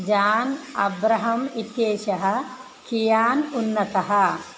John Abraham इत्येषः कियान् उन्नतः